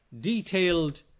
detailed